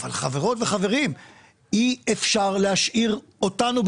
אבל אי אפשר להשאיר אותנו,